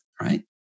Right